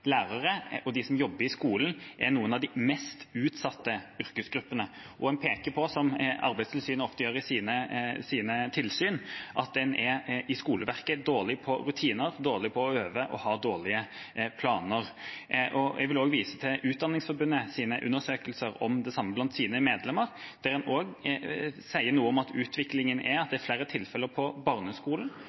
lærere og de som jobber i skolen, er noen av de mest utsatte yrkesgruppene. En peker på at en i skoleverket – som Arbeidstilsynet ofte gjør i sine tilsyn – er dårlig på rutiner, dårlig på å øve og har dårlige planer. Jeg vil også vise til Utdanningsforbundets undersøkelser om det samme blant sine medlemmer, der en også sier noe om at utviklingen er at det er flere tilfeller på